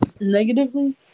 negatively